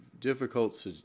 difficult